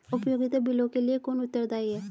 उपयोगिता बिलों के लिए कौन उत्तरदायी है?